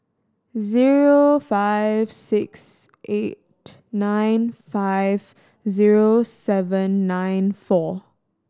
zero five six eight nine five zero seven nine four